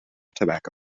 tobacco